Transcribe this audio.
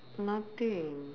nothing